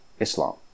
Islam